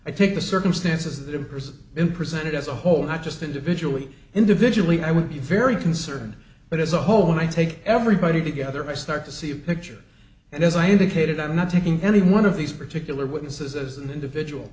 think the circumstances that a person in presented as a whole not just individually individually i would be very concerned but as a whole when i take everybody together i start to see a picture and as i indicated i'm not taking any one of these particular witnesses as an individual